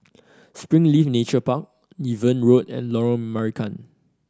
Springleaf Nature Park Niven Road and Lorong Marican